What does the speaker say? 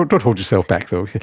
but but hold yourself back though!